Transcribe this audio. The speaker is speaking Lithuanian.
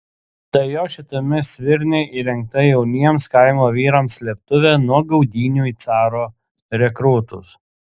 tai jo šitame svirne įrengta jauniems kaimo vyrams slėptuvė nuo gaudynių į caro rekrūtus